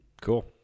Cool